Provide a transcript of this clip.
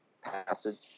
passage